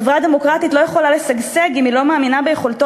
חברה דמוקרטית לא יכולה לשגשג אם היא לא מאמינה ביכולתו